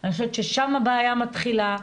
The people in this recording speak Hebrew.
אני חושבת שהבעיה מתחילה שם,